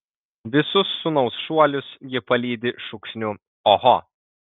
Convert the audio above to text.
visus sūnaus šuolius ji palydi šūksniu oho